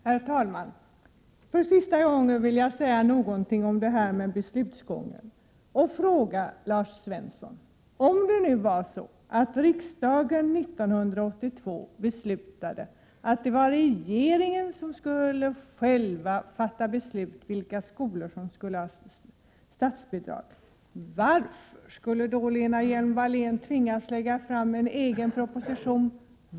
Herr talman! För sista gången vill jag säga någonting om det här med beslutsgången och fråga Larz Svensson: Om det nu var så att riksdagen 1982 beslutade att det var regeringen som skulle fatta beslut om vilka skolor som skulle ha statsbidrag, varför skulle då Lena Hjelm-Wallén tvingas lägga fram en egen proposition?